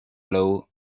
blow